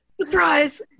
surprise